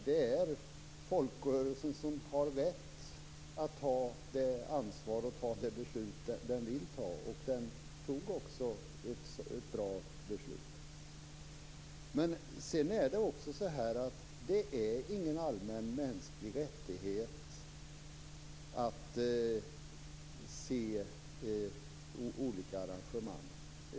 Det är folkrörelsen som har rätt att ta det ansvar och de beslut som den vill ta, och den tog också ett bra beslut. Det är ingen allmän mänsklig rättighet att se olika arrangemang.